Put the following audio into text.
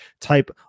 type